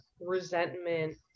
resentment